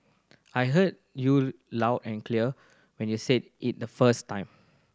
I heard you loud and clear when you said it the first time